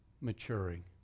maturing